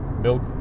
milk